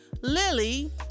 Lily